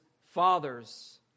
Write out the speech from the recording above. fathers